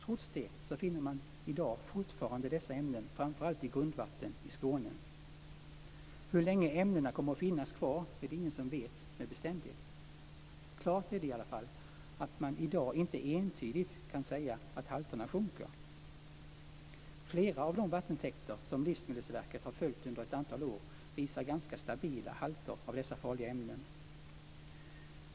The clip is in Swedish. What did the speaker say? Trots detta finner man i dag fortfarande dessa ämnen, framför allt i grundvatten i Skåne. Hur länge ämnena kommer att finnas kvar vet ingen med bestämdhet. Klart är dock att man i dag inte entydigt kan säga att halterna sjunker. Flera av de vattentäkter som Livsmedelsverket har följt under ett antal år visar ganska stabila halter av dessa farliga ämnen.